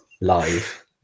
live